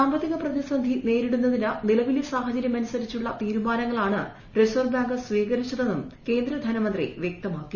സാമ്പത്തിക പ്രതിസന്ധി നേരിടുന്നതിന് നിലവിലെ സാഹചര്യം അനുസരിച്ചുള്ള തീരുമാനങ്ങളാണ് റിസർവ് ബാങ്ക് സ്വീകരിച്ചതെന്നും കേന്ദ്രധനമന്ത്രി വ്യക്തമാക്കി